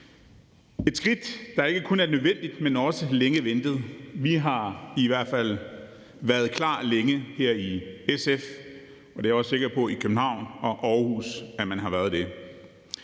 et skridt, der ikke kun er nødvendigt, men også længe ventet. Vi har i hvert fald været klar længe her i SF, og det er jeg også sikker på at man har været i